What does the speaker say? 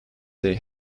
they